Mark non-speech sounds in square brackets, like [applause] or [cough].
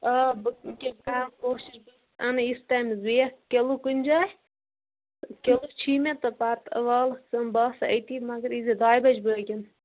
آ بہٕ أکہِ کرٕ کوٗشِش [unintelligible] کلوٗ کُنہِ جاے کِلو چھِی مےٚ پتہٕ والکھ ژٕ یِم بہٕ آسے أتی مگر ییٖزٕ دۄیہِ بجہِ بٲگٮ۪ن